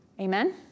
Amen